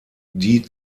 die